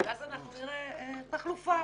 ואז אנחנו נראה תחלופה: